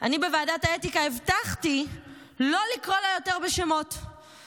אני בוועדת האתיקה הבטחתי לא לקרוא לה בשמות יותר,